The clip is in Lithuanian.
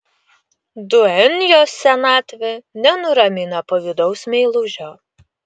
duenjos senatvė nenuramina pavydaus meilužio